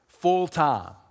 Full-time